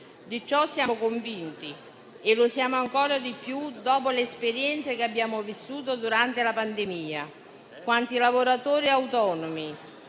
Di ciò siamo convinti e lo siamo ancora di più dopo l'esperienza che abbiamo vissuto durante la pandemia, quando i lavoratori autonomi